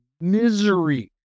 misery